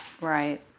Right